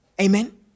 Amen